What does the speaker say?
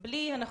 וכולי בלי הנחות